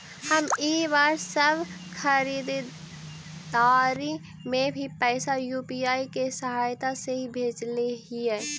हम इ बार सब खरीदारी में भी पैसा यू.पी.आई के सहायता से ही भेजले हिय